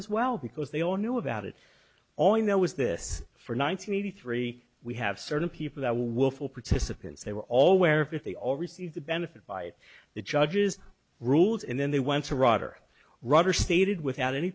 as well because they all knew about it all you know is this for ninety three we have certain people that will willful participants they were all where if they all receive the benefit by the judges rules and then they went to roger roger stated without any